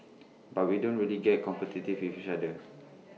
but we don't really get competitive with each other